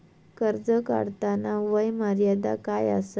कर्ज काढताना वय मर्यादा काय आसा?